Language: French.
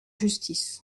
justice